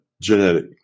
genetic